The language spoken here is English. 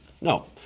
No